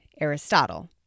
Aristotle